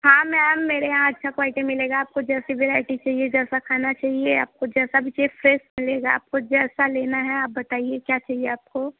हाँ मैम मेरे यहाँ अच्छा क्वालिटी मिलेगा आपको जैसे वेराइटी चाहिए जैसा खाना चाहिए आपको जैसा भी चाहिए फ्रेश मिलेगा आपको जैसा लेना है आप बताइए क्या चाहिए आपको